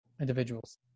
individuals